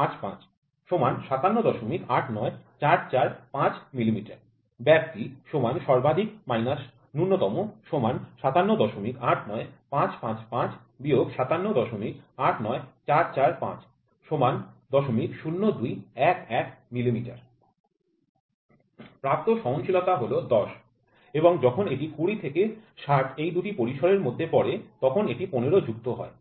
৫৭৮৯৪৪৫ মিমি ব্যাপ্তি সর্বাধিক ন্যূনতম ৫৭৮৯৫৫৫ ৫৭৮৯৪৪৫ ০০২১১ মিমি প্রাপ্ত সহনশীলতা হল ১০ এবং যখন এটি ২০ থেকে ৬০ এই দুটি পরিসরের মধ্যে পরে তখন এটি ১৫ যুক্ত হয় ঠিক আছে